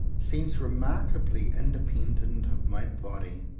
seems remarkably independent of my body.